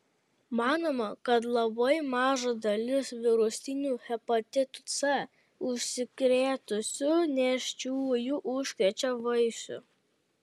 manoma kad labai maža dalis virusiniu hepatitu c užsikrėtusių nėščiųjų užkrečia vaisių